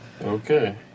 Okay